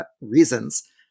reasons